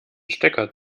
stecker